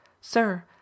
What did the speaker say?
Sir